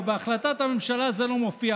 ובהחלטת הממשלה זה לא מופיע.